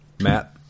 Matt